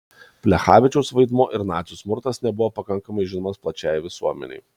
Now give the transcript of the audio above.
plechavičiaus vaidmuo ir nacių smurtas nebuvo pakankamai žinomas plačiajai visuomenei